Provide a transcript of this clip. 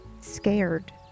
scared